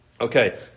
Okay